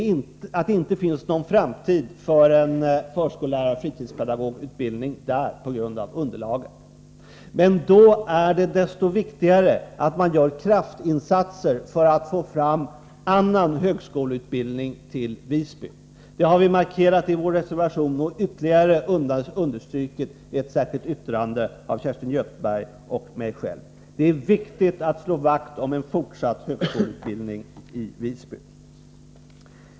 Vi inser att det inte finns någon framtid för en sådan utbildning där på grund av det ringa underlaget. Men då är det desto viktigare att man gör kraftinsatser för att få fram annan högskoleutbildning till Visby. Det har Kerstin Göthberg och jag markerat i vår reservation och ytterligare understrukit i ett särskilt yttrande. Det är viktigt att slå vakt om en fortsatt högskoleutbildning i Visby.